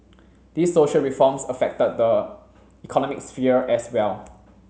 these social reforms affected the economic sphere as well